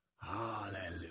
Hallelujah